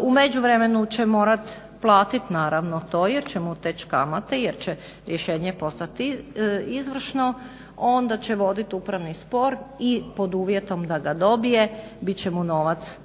U međuvremenu će morat platit naravno to jer će mu teć kamate, jer će rješenje postati izvršno. Onda će vodit upravni spor i pod uvjetom da ga dobije bit će mu novac vraćen,